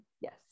Yes